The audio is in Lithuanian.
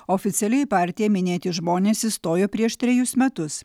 oficialiai į partiją minėti žmonės įstojo prieš trejus metus